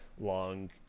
long